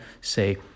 say